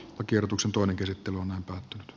takertuksen toinen käsittely on antanut